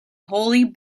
holy